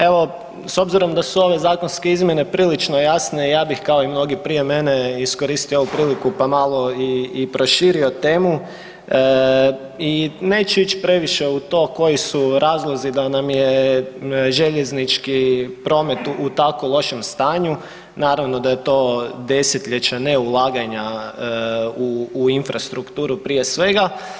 Evo s obzirom da su ove zakonske izmjene prilično jasne, ja bih kao mnogi prije mene iskoristio ovu priliku pa malo i proširio temu i neću ići previše u to koji su razlozi da nam je željeznički promet u tako lošem stanju, naravno da je to desetljeće neulaganja u infrastrukturu prije svega.